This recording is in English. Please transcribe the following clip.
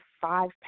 five